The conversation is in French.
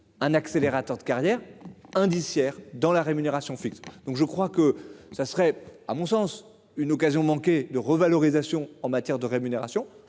un accélérateur de carrière indiciaire dans la rémunération fixe donc je crois que ça serait à mon sens une occasion manquée de revalorisation en matière de rémunération.